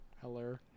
Hello